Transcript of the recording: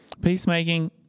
Peacemaking